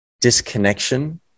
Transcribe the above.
disconnection